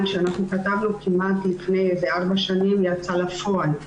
שאנחנו כתבנו כמעט לפני ארבע שנים יצא לפועל.